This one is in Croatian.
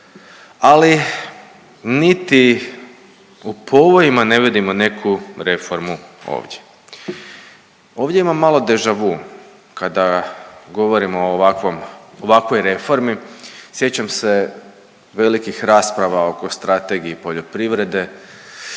ali niti u povojima ne vidimo neku reformu ovdje. Ovdje imam malo deja kada govorimo o ovakvoj reformi sjećam se velikih rasprava oko strategije poljoprivrede.